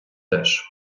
теж